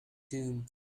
zoom